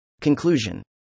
Conclusion